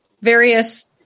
various